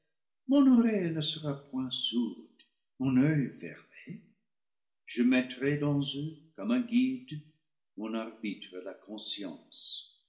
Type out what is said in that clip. mon oreille ne sera point sourde mon oeil fermé je mettrai dans eux comme un guide mon arbitre la conscience